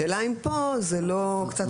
השאלה היא אם פה זה לא הולך,